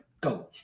go